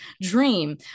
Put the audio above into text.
dream